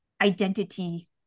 identity